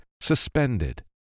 suspended